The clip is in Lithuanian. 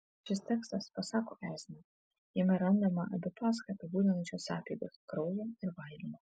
šis tekstas pasako esmę jame randama abi paschą apibūdinančios apeigos kraujo ir valgymo